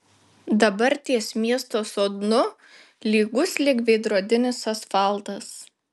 dabar ties miesto sodnu lygus lyg veidrodis asfaltas